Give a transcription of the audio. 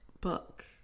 book